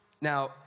Now